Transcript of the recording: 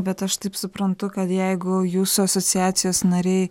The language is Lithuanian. bet aš taip suprantu kad jeigu jūsų asociacijos nariai